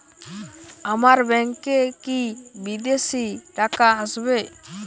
আমার ব্যংকে কি বিদেশি টাকা আসবে?